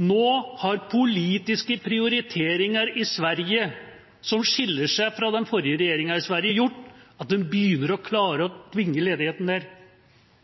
Nå har politiske prioriteringer i Sverige som skiller seg fra den forrige regjeringa i Sverige, gjort at de begynner å klare